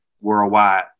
worldwide